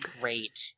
great